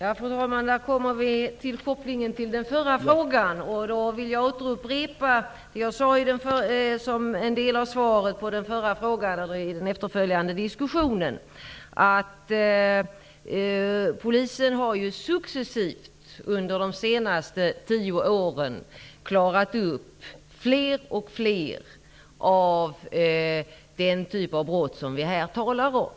Herr talman! Nu har vi fått en koppling till den förra frågan. I den efterföljande diskussionen om den föregående frågan sade jag att polisen under de senaste tio åren successivt har klarat upp fler och fler brott av den typen som vi här talar om.